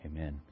Amen